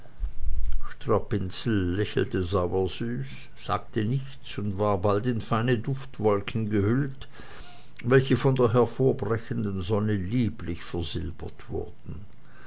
strapinski lächelte sauersüß sagte nichts und war bald in feine duftwolken gehüllt welche von der hervorbrechenden sonne lieblich versilbert wurden